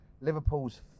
Liverpool's